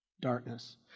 darkness